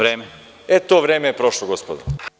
E, to vreme je prošlo, gospodo.